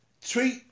treat